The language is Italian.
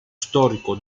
storico